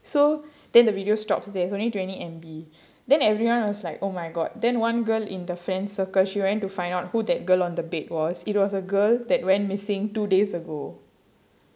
so then the video stops there's only twenty M_B then everyone was like oh my god then one girl in the friend circle she went to find out who that girl on the bed was it was a girl that went missing two days ago